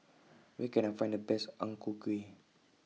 Where Can I Find The Best Ang Ku Kueh